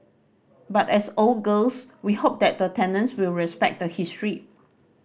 but as old girls we hope that the tenants will respect the history